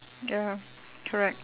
ya correct